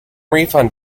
refund